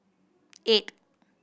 eight